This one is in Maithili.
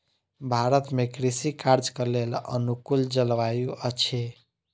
भारत में कृषि कार्यक लेल अनुकूल जलवायु अछि